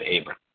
Abram